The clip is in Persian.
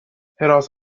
حراست